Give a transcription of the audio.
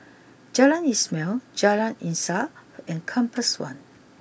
Jalan Ismail Jalan Insaf and Compass one